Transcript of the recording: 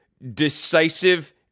decisive